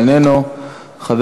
אינו נוכח,